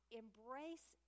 embrace